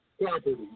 property